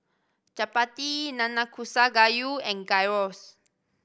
Chapati Nanakusa Gayu and Gyros